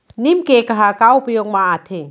नीम cake ह का उपयोग मा आथे?